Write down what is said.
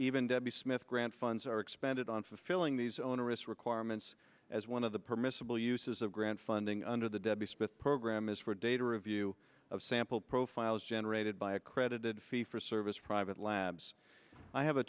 debbie smith grant funds are expended on fulfilling these onerous requirements as one of the permissible uses of grant funding under the debbie spiff program is for data review of sample profiles generated by accredited fee for service private labs i have a